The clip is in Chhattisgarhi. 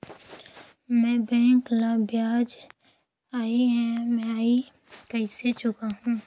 मैं बैंक ला ब्याज ई.एम.आई कइसे चुकाहू?